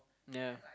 yeah